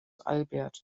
albert